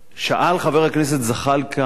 שאל חבר הכנסת זחאלקה,